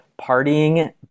partying